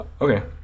okay